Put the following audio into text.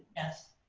yes.